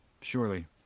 Surely